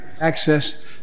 Access